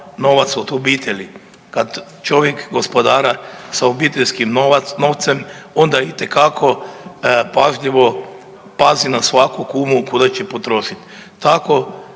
novac od obitelji. Kad čovjek gospodara sa obiteljskim novcem onda itekako pažljivo pazi na svaku kunu kuda će potrošiti, tako